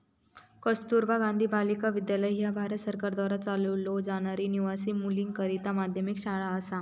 कस्तुरबा गांधी बालिका विद्यालय ह्या भारत सरकारद्वारा चालवलो जाणारी निवासी मुलींकरता माध्यमिक शाळा असा